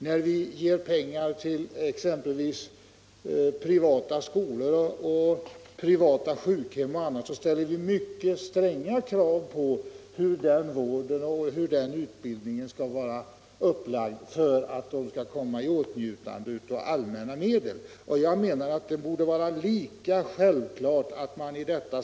När vi ger pengar till exempelvis privata skolor och privata sjukhem m.m. ställer vi mycket stränga krav på hur utbildningen resp. vården skall vara upplagd för att dessa insitutioner skall komma i åtnjutande av allmänna medel.